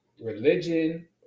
religion